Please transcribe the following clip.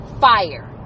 fire